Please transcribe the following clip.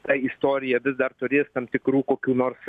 ta istorija vis dar turės tam tikrų kokių nors